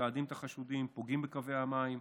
מתעדים את החשודים פוגעים בקווי המים,